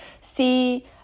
see